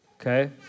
okay